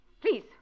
Please